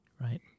Right